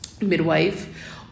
midwife